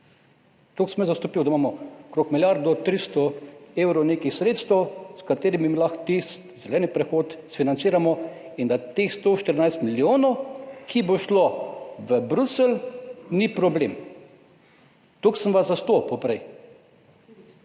Toliko sem razumel, da imamo okrog milijardo 300 evrov nekih sredstev, s katerimi lahko tisti zeleni prehod financiramo, in da teh 114 milijonov ki bodo šli v Bruselj, ni problem. Tako sem vas razumel prej.